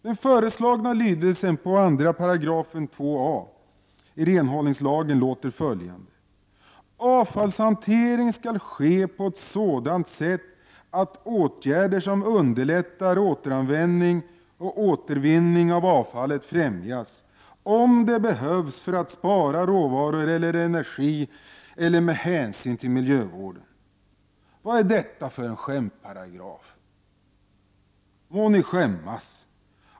Den föreslagna lydelsen av 2 a§ i renhållningslagen är följande: Avfallshantering skall ske på ett sådant sätt att åtgärder som underlättar återanvändning och återvinning av avfallet främjas, om det behövs för att spara råvaror eller energi eller med hänsyn till miljövården. Vad är detta för en skämtparagraf? Må ni skämmas!